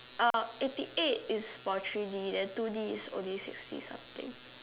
uh eighty eight is for three D then two D is only sixty something